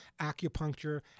acupuncture